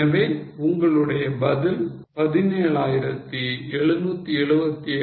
எனவே உங்களுடைய பதில் 17777